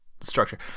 structure